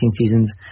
seasons